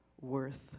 worth